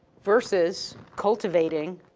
versus cultivating